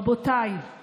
רבותיי,